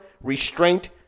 restraint